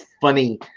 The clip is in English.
funny